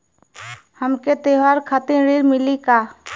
हमके त्योहार खातिर ऋण मिली का?